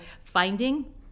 finding